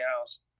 house